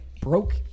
broke